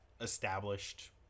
established